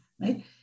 right